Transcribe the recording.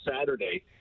Saturday